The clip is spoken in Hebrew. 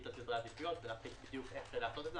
על סדרי עדיפות ולהחליט בדיוק איך לעשות את זה.